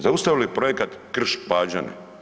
Zaustavili projekat Krš-Pađane.